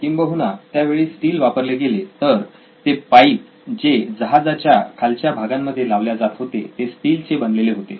किंबहुना त्यावेळी स्टील वापरले गेले तर ते पाईप जे जहाजाच्या खालच्या भागामध्ये लावल्या जात होते ते स्टील चे बनलेले होते